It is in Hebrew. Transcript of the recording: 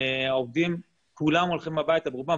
העובדים כולם הולכים הביתה ברובם,